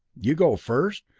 you go first?